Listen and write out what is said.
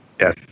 Yes